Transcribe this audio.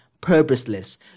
purposeless